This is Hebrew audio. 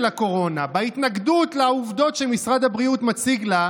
הקורונה בהתנגדות לעובדות שמשרד הבריאות מציג לה,